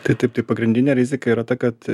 tai taip tai pagrindinė rizika yra ta kad